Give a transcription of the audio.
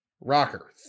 rocker